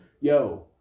yo